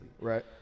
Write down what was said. right